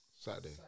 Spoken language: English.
Saturday